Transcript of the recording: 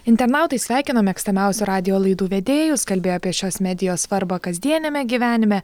internautai sveikino mėgstamiausių radijo laidų vedėjus kalbėjo apie šios medijos svarbą kasdieniame gyvenime